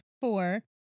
four